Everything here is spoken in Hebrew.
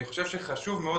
חשוב מאוד